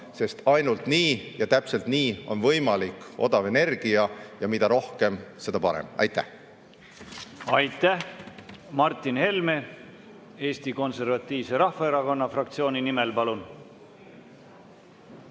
sest ainult nii ja täpselt nii on võimalik odav energia. Ja mida rohkem, seda parem. Aitäh! Aitäh! Martin Helme Eesti Konservatiivse Rahvaerakonna fraktsiooni nimel, palun!